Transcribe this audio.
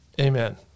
Amen